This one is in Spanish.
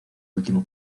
último